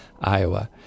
Iowa